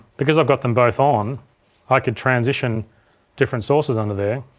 because i've got them both on i could transition different sources under there